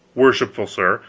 worshipful sir,